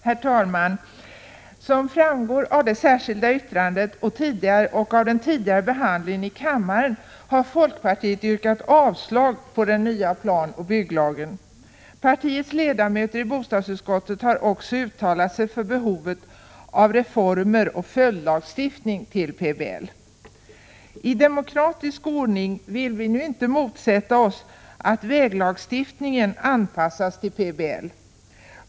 Herr talman! Som framgått av det särskilda yttrandet och av den tidigare behandlingen i kammaren har folkpartiet yrkat avslag på den nya planoch bygglagen. Partiets ledamöter i bostadsutskottet har också uttalat sig för behovet av reformer och följdlagstiftning till PBL. I demokratisk ordning vill vi nu inte motsätta oss att väglagstiftningen anpassas till PBL.